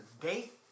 date